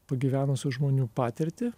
pagyvenusių žmonių patirtį